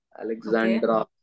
Alexandra